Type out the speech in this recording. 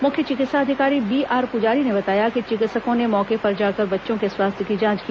मुख्य चिकित्सा अधिकारी बीआर पुजारी ने बताया कि चिकित्सकों ने मौके पर जाकर बच्चों के स्वास्थ्य की जांच की